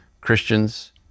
Christians